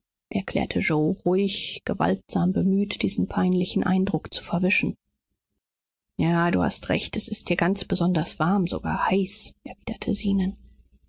erklärte yoe ruhig gewaltsam bemüht diesen peinlichen eindruck zu verwischen ja du hast recht es ist hier ganz besonders warm sogar heiß